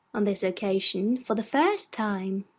on this occasion, for the first time.